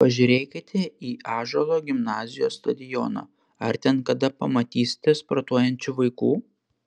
pažiūrėkite į ąžuolo gimnazijos stadioną ar ten kada pamatysite sportuojančių vaikų